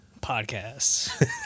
Podcasts